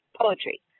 poetry